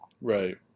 Right